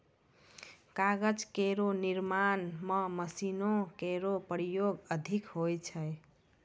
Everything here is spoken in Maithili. कागज केरो निर्माण म मशीनो केरो प्रयोग अधिक होय छै